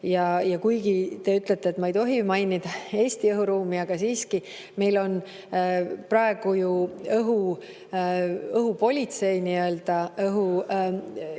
Ja kuigi te ütlete, et ma ei tohi mainida Eesti õhuruumi, aga siiski, meil on praegu ju nii-öelda õhupolitsei